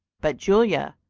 but julia,